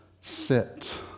sit